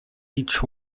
each